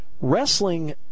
Wrestling